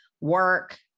Work